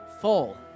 full